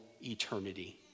eternity